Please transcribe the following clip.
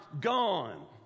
Gone